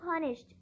punished